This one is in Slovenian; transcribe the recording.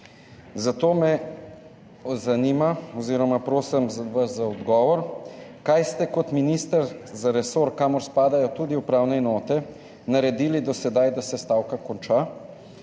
Zato vas prosim za odgovor: Kaj ste kot minister za resor, kamor spadajo tudi upravne enote, naredili do sedaj, da se stavka konča?